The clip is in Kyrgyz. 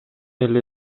эле